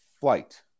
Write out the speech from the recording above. flight